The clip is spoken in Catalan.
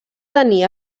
tenir